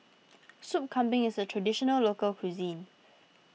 Soup Kambing is a Traditional Local Cuisine